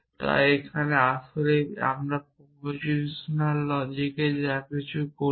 তাই এখানে প্রথমেই আমরা প্রপোজিশন লজিকে যা কিছু করি